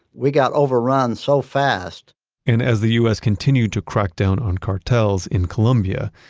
we got overrun so fast and as the u s. continued to crack down on cartels in colombia,